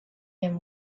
then